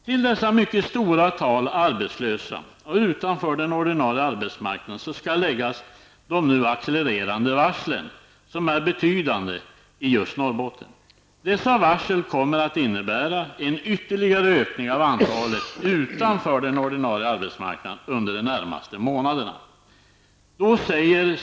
Till dessa mycket stora tal människor som är arbetslösa och utanför den ordinarie arbetsmarknaden skall läggas de nu accelererande varslen, som är betydande i just Norrbotten. Dessa varsel kommer att innebära en ytterligare ökning av antalet utanför den ordinarie arbetsmarknaden under de närmaste månaderna.